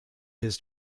his